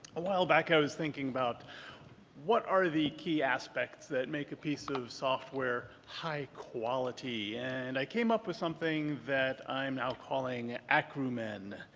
a while back i was thinking about what are the key aspects that make a piece of software high quality and i came up with something that i'm now calling acrumen.